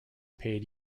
paid